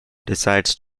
decides